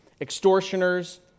Extortioners